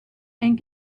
and